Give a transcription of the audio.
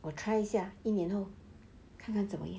我 try 一下一年后看看怎么样